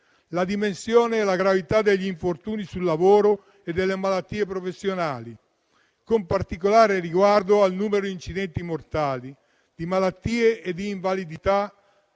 la dimensione e la gravità degli infortuni sul lavoro e delle malattie professionali, con particolare riguardo al numero di incidenti mortali, di malattie e di invalidità,